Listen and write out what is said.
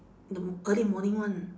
the m~ early morning [one]